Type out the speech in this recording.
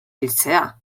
heltzea